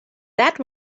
that